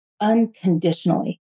unconditionally